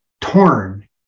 torn